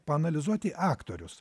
paanalizuoti aktorius